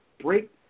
break